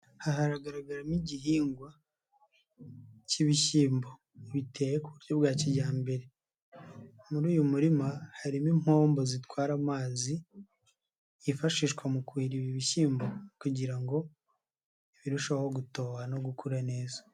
Aha haragaragaramo igihingwa k'ibishyimbo biteye ku buryo bwa kijyambere. Muri uyu murima harimo impombo zitwara amazi, yifashishwa mu kuhira ibi bishyimbo kugira ngo birusheho gutoha no gukura neza.